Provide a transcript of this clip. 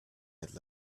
had